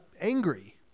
angry